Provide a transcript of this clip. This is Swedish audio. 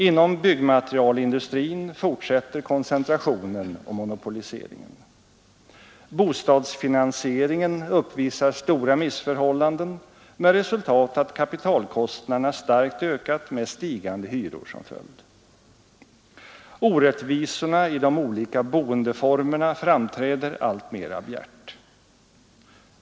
Inom byggmaterialindustrin fortsätter koncentrationen och monopoliseringen. Bostadsfinansieringen uppvisar stora missförhållanden med resultat att kapitalkostnaderna starkt ökat med stigande hyror som följd. Orättvisorna i de olika boendeformerna framträder alltmera bjärt.